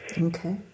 Okay